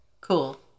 Cool